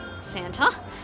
Santa